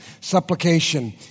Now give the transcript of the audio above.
supplication